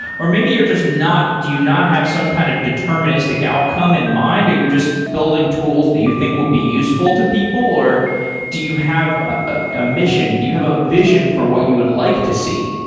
or maybe your just not do you not have some kind of deterministic outcome in mind? are you just building tools that you think will be useful to people? or do you have a mission? do you have a vision for what you would like to see?